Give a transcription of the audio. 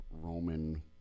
Roman